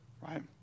Right